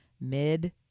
mid